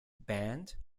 band